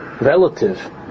relative